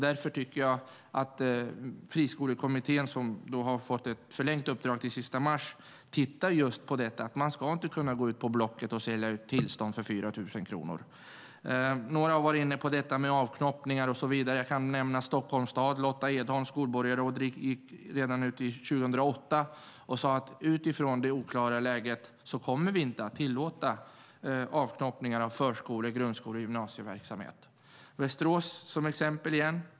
Därför är det bra att Friskolekommittén, som har fått ett förlängt uppdrag till den 31 mars, tittar på just detta. Man ska inte kunna gå ut på Blocket och sälja tillstånd för 4 000 kronor. Några har varit inne på avknoppningar och så vidare. Jag kan nämna Stockholms stad. Skolborgarrådet Lotta Edholm sade redan 2008: Utifrån det oklara läget kommer vi inte att tillåta avknoppningar av förskolor, grundskolor och gymnasieverksamhet. Låt mig ta Västerås som exempel igen.